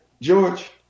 George